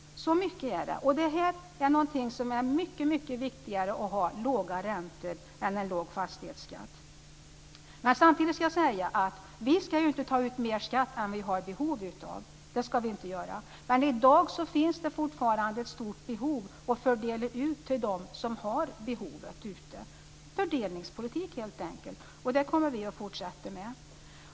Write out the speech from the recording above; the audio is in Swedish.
Så mycket rör det sig om. Det är mycket viktigare att ha låga räntor än att ha låg fastighetsskatt. Samtidigt vill jag säga att vi inte ska ta ut mer skatt än som är nödvändigt. Fortfarande finns det dock ett stort behov av fördelning - fördelningspolitik helt enkelt - och detta kommer vi att fortsätta med.